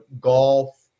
golf